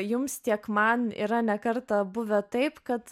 jums tiek man yra ne kartą buvę taip kad